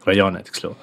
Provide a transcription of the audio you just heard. rajone tiksliau